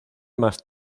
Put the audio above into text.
más